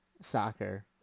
soccer